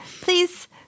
please